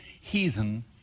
heathen